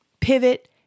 pivot